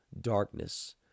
darkness